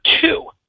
two